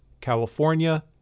California